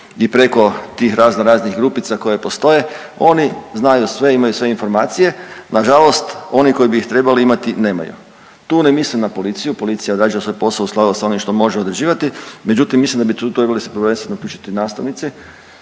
i preko tih raznoraznih grupica koje postoje, oni znaju sve i imaju sve informacije. Nažalost, oni koji bi ih trebali imati nemaju. Tu ne mislim na policiju, policija odrađuje svoj posao u skladu s onim što može odrađivati, međutim mislim da bi tu trebali se prvenstveno uključiti nastavnici